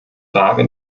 frage